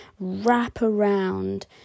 wraparound